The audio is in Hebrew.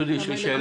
דודי, יש לי שאלה.